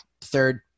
third